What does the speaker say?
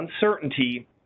uncertainty